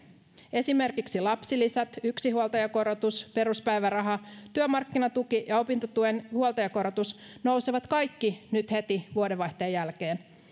esimerkiksi lapsilisät yksinhuoltajakorotus peruspäiväraha työmarkkinatuki ja opintotuen huoltajakorotus nousevat kaikki nyt heti vuodenvaihteen jälkeen